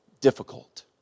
Difficult